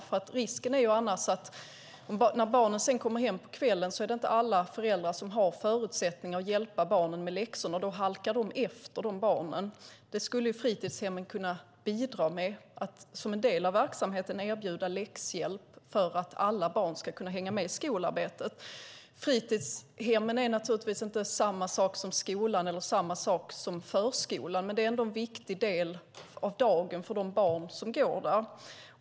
När barnen kommer hem på kvällen är det inte alla föräldrar som har förutsättningar att hjälpa dem med läxorna, och då är risken att de barnen halkar efter. Detta skulle fritidshemmen kunna bidra med. Som en del av verksamheten skulle de kunna erbjuda läxhjälp för att alla barn ska kunna hänga med i skolarbetet. Fritidshemmen är naturligtvis inte samma sak som skolan eller förskolan, men det är ändå en viktig del av dagen för de barn som går där.